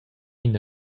ina